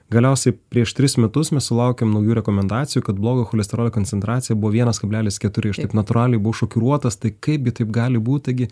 galiausiai prieš tris metus mes sulaukėm naujų rekomendacijų kad blogo cholesterolio koncentracija buvo vienas kablelis keturi aš taip natūraliai buvo šokiruotas tai kaipgi taip gali būt taigi